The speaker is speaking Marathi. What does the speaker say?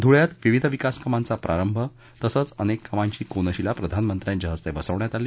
धुळ्यात विविध विकास कामांचा प्रारंभ तसंच अनेक कामांची कोनशिला प्रधानमंत्र्यांच्या हस्ते बसवण्यात आली